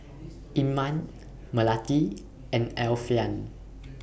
Iman Melati and Alfian